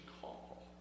call